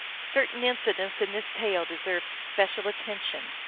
certain incidents in this tale deserve special attention.